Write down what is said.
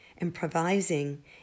Improvising